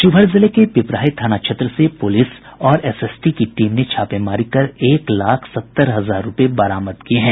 शिवहर जिले के पिपराही थाना क्षेत्र से पुलिस और एसएसटी टीम ने छापेमारी कर एक लाख सत्तर हजार रुपये बरामद किये हैं